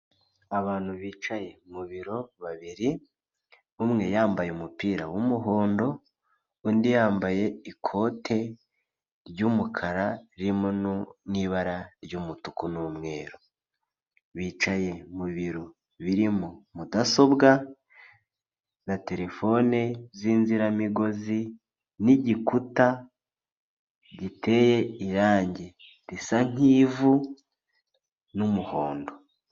Abantu bicaye mu biro babiri, umwe yambaye umupira w'umuhondo undi yambaye ikote ry'umukara ririmo n'ibara ry'umutuku n'umweru, bicaye mu biro birimo; mudasobwa, terefone z'inziramigozi n'igikuta giteye irange risa nk'ivu n'umuhondo.